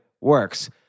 works